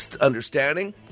understanding